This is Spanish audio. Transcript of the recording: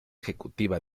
ejecutiva